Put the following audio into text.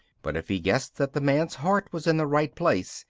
but if he guessed that the man's heart was in the right place,